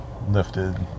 lifted